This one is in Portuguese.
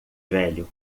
velho